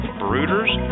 brooders